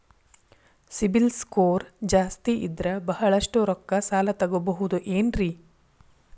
CIBIL score ಜಾಸ್ತಿ ಇದ್ರ ಬಹಳಷ್ಟು ರೊಕ್ಕ ಸಾಲ ತಗೋಬಹುದು ಏನ್ರಿ?